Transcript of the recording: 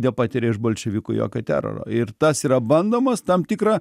nepatiria iš bolševikų jokio teroro ir tas yra bandomas tam tikra